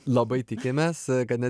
labai tikimės kad ne